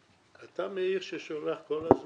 אתה מאיר ששולח כל הזמן?